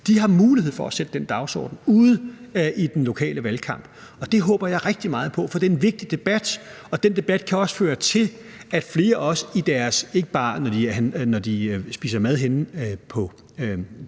har mulighed for at sætte den dagsorden i forbindelse med den lokale valgkamp. Og det håber jeg rigtig meget på at de vil gøre, for det er en vigtig debat, og den debat kan også føre til, at flere, ikke bare når de spiser mad i det